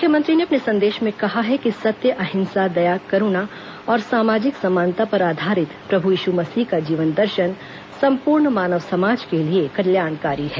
मुख्यमंत्री ने अपने संदेश में कहा है कि सत्य अहिंसा दया करूणा और सामाजिक समानता पर आधारित प्रभु यीशु मसीह का जीवन दर्शन सम्पूर्ण मानव समाज के लिए कल्याणकारी है